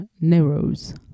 narrows